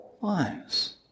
lives